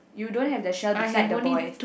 you don't have the shell beside the boy